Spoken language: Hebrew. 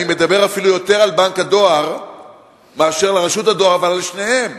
אני מדבר יותר על בנק הדואר מאשר על רשות הדואר ועל שניהם.